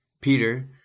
Peter